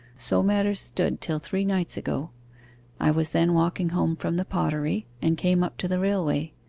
so matters stood till three nights ago i was then walking home from the pottery, and came up to the railway.